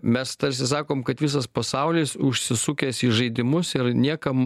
mes tarsi sakom kad visas pasaulis užsisukęs į žaidimus ir niekam